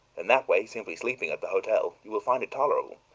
in that way simply sleeping at the hotel you will find it tolerable.